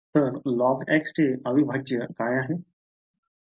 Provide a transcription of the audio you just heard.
तर log चे अविभाज्य काय आहे